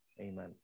Amen